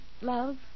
love